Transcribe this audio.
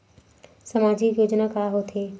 सामाजिक योजना का होथे?